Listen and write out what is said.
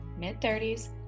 mid-30s